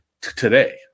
today